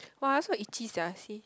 !wah! so itchy sia see